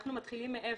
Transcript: אנחנו מתחילים מאפס,